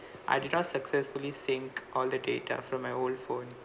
I did not successfully sync all the data from my old phone